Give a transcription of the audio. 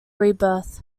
rebirth